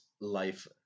life